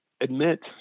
admit